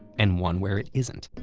and one where it isn't.